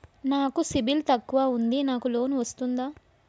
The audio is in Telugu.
నాకు సిబిల్ తక్కువ ఉంది నాకు లోన్ వస్తుందా?